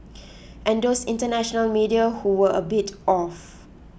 and those international media who were a bit off